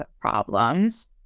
problems